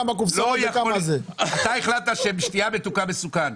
אתה החלטת ששתייה מתוקה היא מסוכנת.